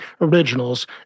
originals